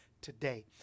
today